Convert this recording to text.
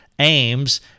aims